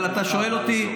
אבל אתה שואל אותי.